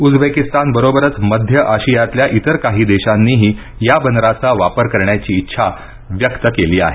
Uzbekistan बरोबरच मध्य आशियातल्या इतर काही देशांनीही या बंदराचा वापर करण्याची इच्छा व्यक्त केली आहे